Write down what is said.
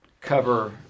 cover